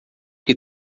que